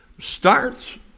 starts